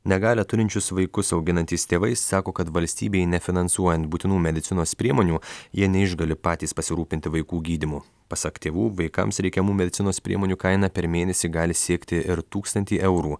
negalią turinčius vaikus auginantys tėvai sako kad valstybei nefinansuojant būtinų medicinos priemonių jie neišgali patys pasirūpinti vaikų gydymu pasak tėvų vaikams reikiamų medicinos priemonių kaina per mėnesį gali siekti ir tūkstantį eurų